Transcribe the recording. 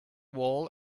wall